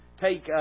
take